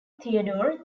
theodore